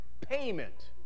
payment